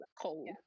cold